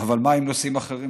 אבל מה עם נושאים אחרים,